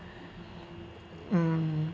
um